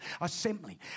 assembly